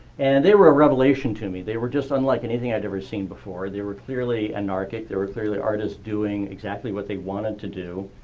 and they were a revelation to me. they were just unlike anything i'd ever seen before. they were clearly anarchic. they were clearly artists doing exactly what they wanted to do